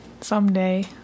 someday